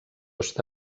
està